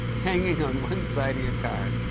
hanging on one side of your car.